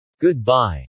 Goodbye